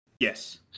Yes